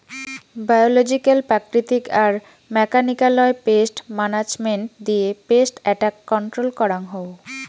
biological প্রাকৃতিক আর মেকানিক্যালয় পেস্ট মানাজমেন্ট দিয়ে পেস্ট এট্যাক কন্ট্রল করাঙ হউ